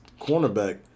cornerback